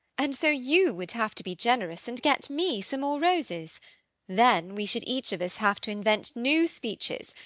and so you would have to be generous and get me some more roses then we should each of us have to invent new speeches,